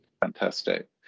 Fantastic